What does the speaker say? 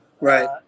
Right